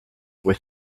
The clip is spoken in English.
with